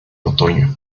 otoño